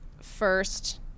first